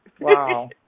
Wow